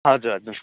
हजुर हजुर